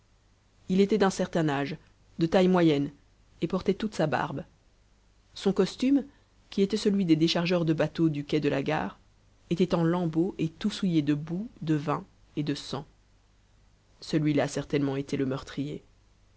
il était d'un certain âge de taille moyenne et portait toute sa barbe son costume qui était celui des déchargeurs de bateaux du quai de la gare était en lambeaux et tout souillé de boue de vin et de sang celui-là certainement était le meurtrier